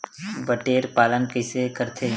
बटेर पालन कइसे करथे?